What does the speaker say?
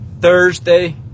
Thursday